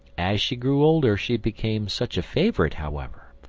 as she grew older she became such a favourite, however,